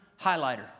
highlighter